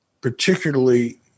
particularly